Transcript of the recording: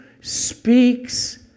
speaks